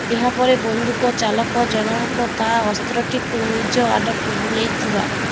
ଏହାପରେ ବନ୍ଧୁକଚାଳକ ଜଣକ ତା' ଅସ୍ତ୍ରଟିକୁ ନିଜ ଆଡ଼କୁ ବୁଲାଇଥିବ